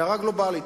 הערה גלובלית.